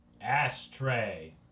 Ashtray